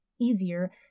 easier